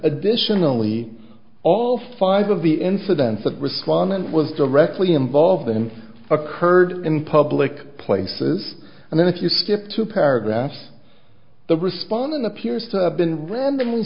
additionally all five of the incidents of risk one man was directly involved in occurred in public places and then if you step two paragraphs the respondent appears to have been randomly